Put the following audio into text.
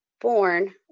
born